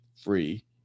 free